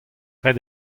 ret